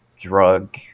drug